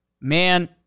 man